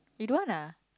you don't want ah